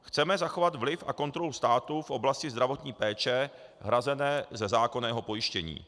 Chceme zachovat vliv a kontrolu státu v oblasti zdravotní péče hrazené ze zákonného pojištění.